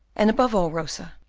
and above all, rosa,